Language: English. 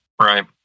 Right